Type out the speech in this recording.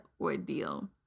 ordeal